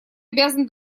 обязан